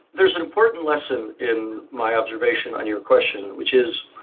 there is an important lesson in my observation on your question which is,